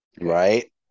right